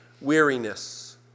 Weariness